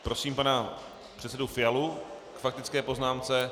Prosím pana předsedu Fialu k faktické poznámce.